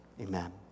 amen